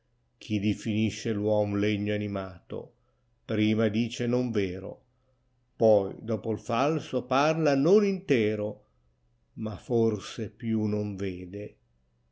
chi diifinisce l uom legno animato prima dice non vero poi dopom fako parla non intero ma forse più non vede